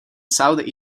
south